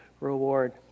reward